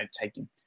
taking